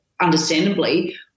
understandably